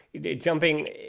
jumping